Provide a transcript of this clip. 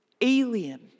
alien